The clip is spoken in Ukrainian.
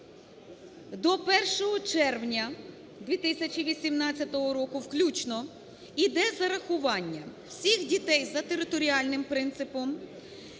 До 1 червня 2018 року включно йде зарахування всіх дітей за територіальним принципом,